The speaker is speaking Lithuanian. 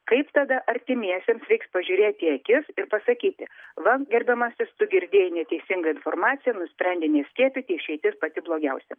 kaip tada artimiesiems reiks pažiūrėt į akis ir pasakyti va gerbiamasis tu girdėjai neteisingą informaciją nusprendei neskiepyti išeitis pati blogiausia